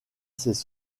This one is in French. ces